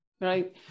right